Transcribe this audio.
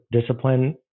discipline